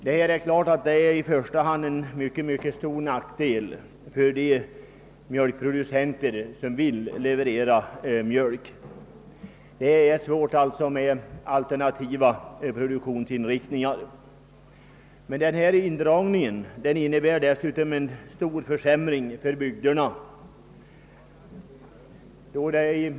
Detta är naturligtvis en stor nackdel i första hand för de mjölkproducenter som vill leverera mjölk — det är svårt att finna någon alternativ produktionsinriktning. Denna indragning medför dessutom en stor försämring för bygden som sådan.